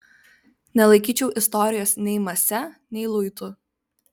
nelaikyčiau istorijos nei mase nei luitu